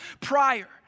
Prior